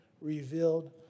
revealed